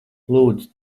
lūdzu